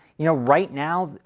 you know right now,